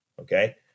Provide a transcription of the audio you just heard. Okay